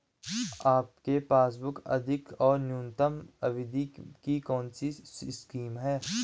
आपके पासबुक अधिक और न्यूनतम अवधि की कौनसी स्कीम है?